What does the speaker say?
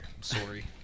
Sorry